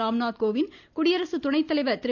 ராம்நாத் கோவிந்த் குடியரசுத் துணைத்தலைவர் திரு